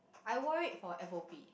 I wore it for f_o_p